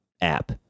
app